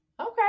Okay